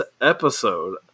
episode